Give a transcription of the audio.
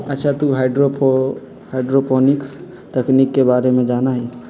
अच्छा तू हाईड्रोपोनिक्स तकनीक के बारे में जाना हीं?